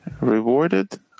Rewarded